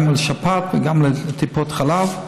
גם לשפעת וגם לטיפות חלב,